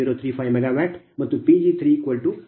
0035 MW ಮತ್ತು Pg3218